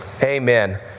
Amen